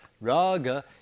Raga